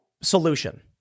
solution